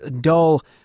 dull